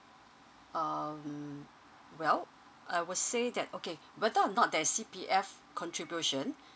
um well I would say that okay whether or not the there's C_P_F contribution